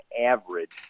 average